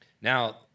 Now